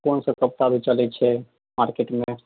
कौन सभ कविता चलैत छै मार्केटमे